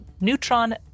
neutron